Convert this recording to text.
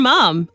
Mom